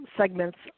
segments